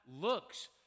looks